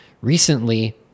recently